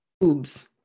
Boobs